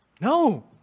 No